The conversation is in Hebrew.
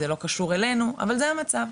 זה לא קשור אלינו אבל זה המצב,